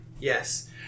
yes